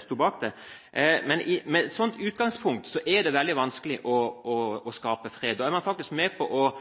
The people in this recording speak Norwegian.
sto bak – er det veldig vanskelig å skape fred. Da er man faktisk med på å